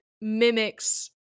mimics